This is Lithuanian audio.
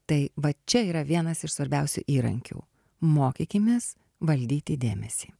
tai vat čia yra vienas iš svarbiausių įrankių mokykimės valdyti dėmesį